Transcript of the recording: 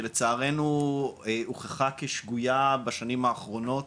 שלצערנו הוכחה כשגויה בשנים האחרונות.